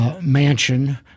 Mansion